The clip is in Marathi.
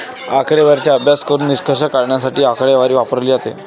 आकडेवारीचा अभ्यास करून निष्कर्ष काढण्यासाठी आकडेवारी वापरली जाते